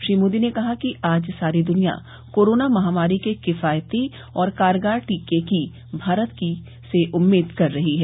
श्री मोदी ने कहा कि आज सारी दुनिया कोरोना महामारी के किफायती और कारगर टीके की भारत से उम्मीद कर रही है